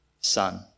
son